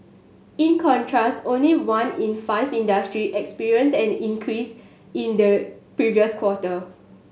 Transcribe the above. in contrast only one in five industry experienced an increase in the previous quarter